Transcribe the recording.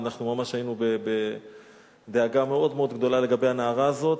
אנחנו ממש היינו בדאגה מאוד גדולה לגבי הנערה הזאת,